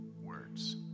words